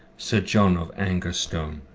sir john of agerstone.